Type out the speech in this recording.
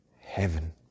heaven